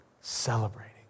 Celebrating